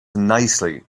nicely